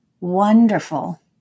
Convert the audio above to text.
wonderful